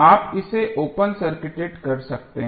आप इसे open circuited कर सकते हैं